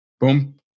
Boom